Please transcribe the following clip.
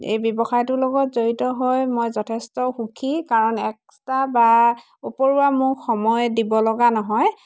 এই ব্যৱসায়টোৰ লগত জড়িত হৈ মই যথেষ্ট সুখী কাৰণ এক্সট্ৰা বা উপৰুৱা মোক সময় দিব লগা নহয়